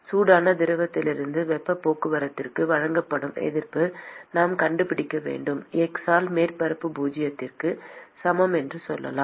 சூடான திரவத்திலிருந்து வெப்பப் போக்குவரத்துக்கு வழங்கப்படும் எதிர்ப்பை நாம் கண்டுபிடிக்க வேண்டும் x இல் மேற்பரப்பு பூஜ்ஜியத்திற்கு சமம் என்று சொல்லலாம்